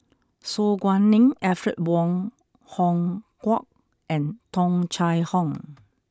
Su Guaning Alfred Wong Hong Kwok and Tung Chye Hong